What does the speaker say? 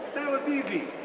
that was easy.